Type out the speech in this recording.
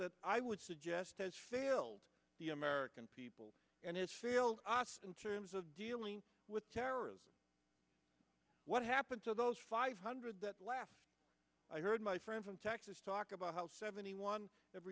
that i would suggest has failed the american people and is failed us in terms of dealing with terrorism what happened to those five hundred last i heard my friend from texas talk about how seventy one ever